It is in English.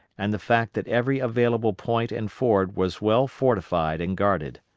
and the fact that every available point and ford was well fortified and guarded.